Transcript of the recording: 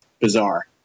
Bizarre